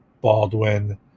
Baldwin